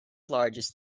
largest